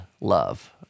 love